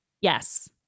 yes